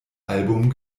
album